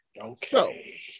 okay